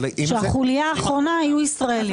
החוליה האחרונה יהיו ישראלים.